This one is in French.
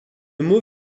mot